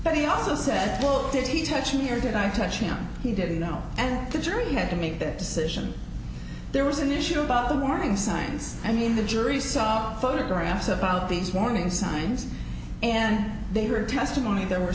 but he also said little did he touch him here did i touch him he didn't know and the jury had to make that decision there was an issue about the warning signs i mean the jury saw photographs about these warning signs and they were testimony there were